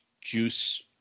juice